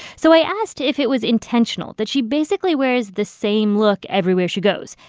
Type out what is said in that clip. so i asked if it was intentional that she basically wears the same look everywhere she goes.